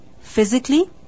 Physically